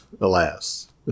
alas